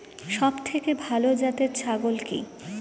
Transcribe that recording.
সবথেকে ভালো জাতের ছাগল কি?